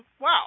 wow